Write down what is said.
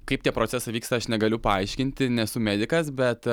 kaip tie procesai vyksta aš negaliu paaiškinti nesu medikas bet